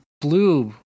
blue